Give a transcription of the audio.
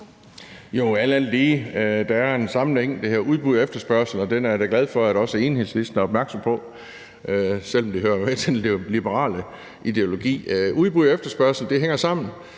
Jo, alt andet lige. Der er en sammenhæng, der drejer sig om udbud og efterspørgsel, og den er jeg da glad for at også Enhedslisten er opmærksom på, selv om det hører med til den liberale ideologi. Udbud og efterspørgsel hænger sammen,